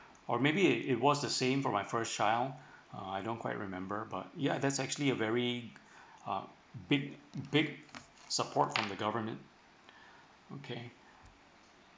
or maybe it it was the same for my first child uh I don't quite remember but ya that's actually a very uh big big support from the government okay